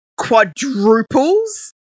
quadruples